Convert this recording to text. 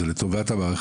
זה לטובת המערך